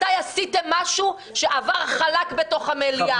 מתי עשיתם משהו שעבר חלק בתוך המליאה?